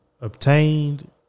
obtained